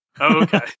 okay